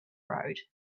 road